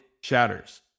shatters